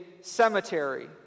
cemetery